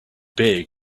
big